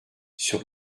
sur